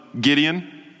Gideon